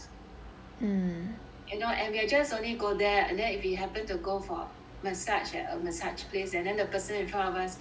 and now and we are just only go there and then if we happen to go for massage at a massage place and then the person in front of us get